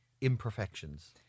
imperfections